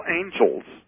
angels